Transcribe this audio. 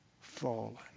fallen